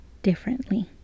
differently